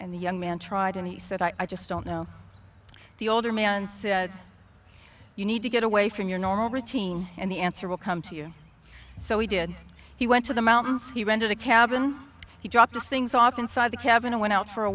and the young man tried and he said i just don't know the older man said you need to get away from your normal routine and the answer will come to you so he did he went to the mountains he rented a cabin he dropped the things off inside the cabin and went out for a